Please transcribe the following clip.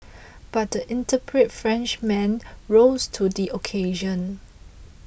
but the intrepid Frenchman rose to the occasion